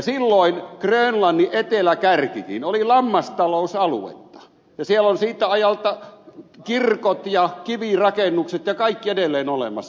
silloin grönlannin eteläkärkikin oli lammastalousaluetta ja siellä on siltä ajalta kirkot ja kivirakennukset ja kaikki edelleen olemassa